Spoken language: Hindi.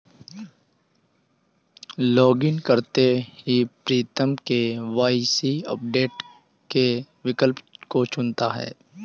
लॉगइन करते ही प्रीतम के.वाई.सी अपडेट के विकल्प को चुनता है